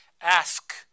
Ask